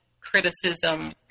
criticism